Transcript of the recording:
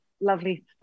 lovely